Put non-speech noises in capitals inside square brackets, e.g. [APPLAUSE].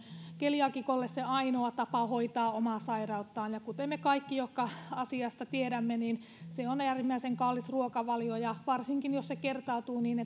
keliaakikolle se ainoa tapa hoitaa omaa sairauttaan kuten me kaikki jotka asiasta tiedämme tiedämme että se on äärimmäisen kallis ruokavalio ja varsinkin jos se kertautuu niin [UNINTELLIGIBLE]